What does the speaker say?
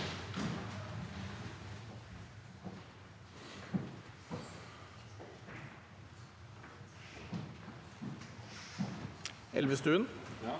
Elvestuen